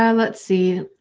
and let's see.